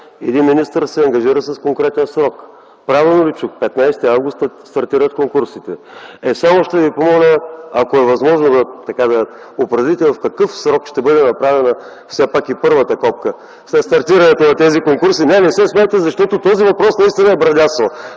един министър се ангажира с конкретен срок. Правилно ли чух – на 15 август стартират конкурсите? Е, само ще Ви помоля, ако е възможно, да определите в какъв срок ще бъде направена и първата копка след стартирането на тези конкурси. Не, не се смейте, защото този въпрос наистина е брадясал.